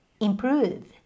improve